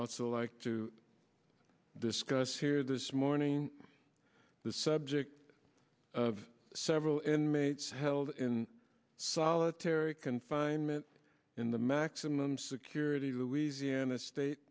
sides so like to discuss here this morning the subject of several inmates held in solitary confinement in the maximum security louisiana state